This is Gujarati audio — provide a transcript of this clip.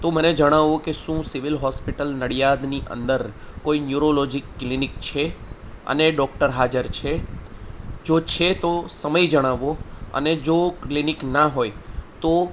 તો મને જણાવો કે શું સિવિલ હોસ્પિટલ નડિયાદની અંદર કોઈ ન્યુરોલોજી ક્લિનિક છે અને ડોક્ટર હાજર છે જો છે તો સમય જણાવો અને જો ક્લિનિક ના હોય તો